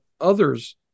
others